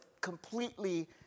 completely